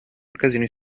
occasioni